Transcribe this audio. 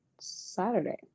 Saturday